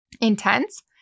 intense